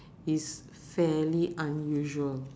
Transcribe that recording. is fairly unusual